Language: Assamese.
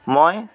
মই